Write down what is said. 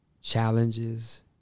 challenges